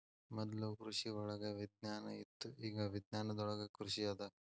ಮೊದ್ಲು ಕೃಷಿವಳಗ ವಿಜ್ಞಾನ ಇತ್ತು ಇಗಾ ವಿಜ್ಞಾನದೊಳಗ ಕೃಷಿ ಅದ